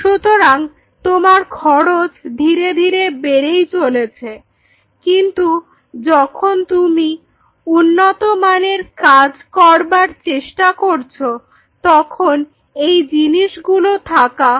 সুতরাং তোমার খরচ ধীরে ধীরে বেড়েই চলেছে কিন্তু যখন তুমি উন্নত মানের কাজ করবার চেষ্টা করছো তখন এই জিনিসগুলো থাকা